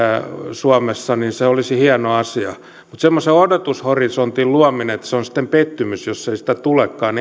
suomessa olisi hieno asia mutta semmoisen odotushorisontin luominen ei kannata niin että se on sitten pettymys jos ei sitä tulekaan